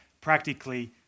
practically